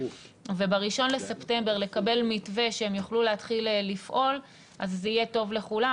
וב-1 בספטמבר לקבל מתווה שהם יוכלו להתחיל לפעול אז זה יהיה טוב לכולם,